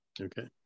Okay